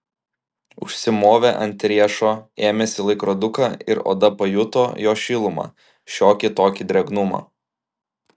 užsimovė ant riešo ėmėsi laikroduką ir oda pajuto jo šilumą šiokį tokį drėgnumą